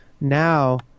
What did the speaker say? Now